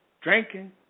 drinking